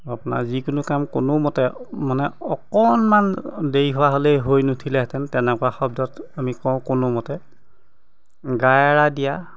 আপোনাৰ যিকোনো কাম কোনোমতে মানে অকনমান দেৰি হোৱা হ'লেই হৈ নুঠিলেহেঁতেন তেনেকুৱা শব্দত আমি কওঁ কোনোমতে গা এৰা দিয়া